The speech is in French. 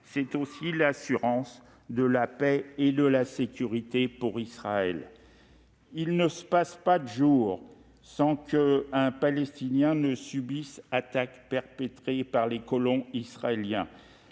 C'est aussi l'assurance de la paix et de la sécurité pour Israël ! Il ne se passe pas un jour sans qu'un Palestinien subisse une attaque perpétrée par des colons israéliens.